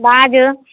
बाजू